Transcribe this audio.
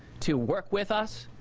to work with us.